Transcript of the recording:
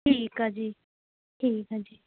ਠੀਕ ਆ ਜੀ ਠੀਕ ਆ ਜੀ